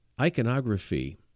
iconography